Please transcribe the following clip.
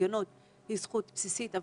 שההפגנה היא זכות בסיסית,